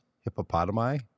hippopotami